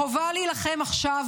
חובה להילחם עכשיו,